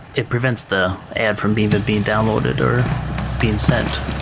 it prevents the ad from being but being downloaded or being sent.